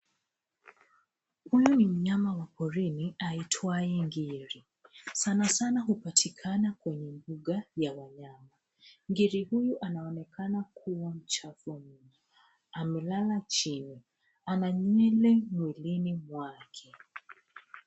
Huyu ni mnyama wa porini aitwaye ngiri. Sanasana hupatikana kwenye mbuga ya wanyama. Ngiri huyu anaonekana kuwa mchafu mno amelala chini ana nywele mwilini mwake.